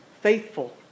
faithful